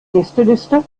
gästeliste